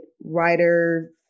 writer